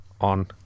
on